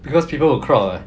because people will crowd leh